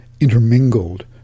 intermingled